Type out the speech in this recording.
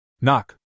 Knock